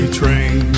train